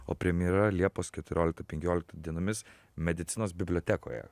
o premjera liepos keturioliktą penkioliktą dienomis medicinos bibliotekoje